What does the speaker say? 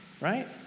right